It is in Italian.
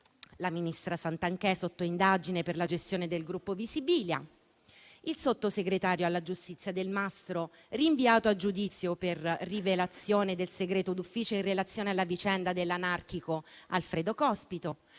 la ministra Santanchè sotto indagine per la gestione del gruppo Visibilia; il sottosegretario alla giustizia Delmastro rinviato a giudizio per rivelazione del segreto d'ufficio in relazione alla vicenda dell'anarchico Alfredo Cospito;